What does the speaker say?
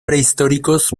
prehistóricos